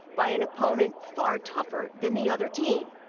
by an opponent far tougher than the other team,